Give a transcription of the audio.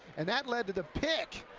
and that led to the pick.